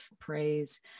praise